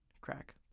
crack